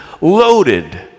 loaded